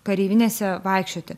kareivinėse vaikščioti